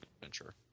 adventure